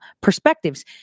perspectives